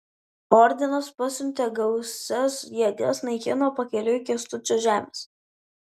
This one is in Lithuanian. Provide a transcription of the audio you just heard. ordinas pasiuntė gausias jėgas naikino pakeliui kęstučio žemes